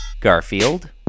Garfield